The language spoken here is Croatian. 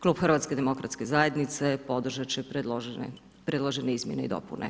Klub HDZ-a podržati će predložene izmjene i dopune.